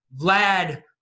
Vlad